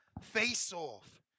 face-off